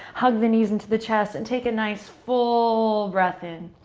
hug the knees into the chest, and take a nice full breath in.